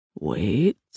Wait